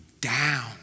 down